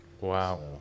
Wow